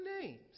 names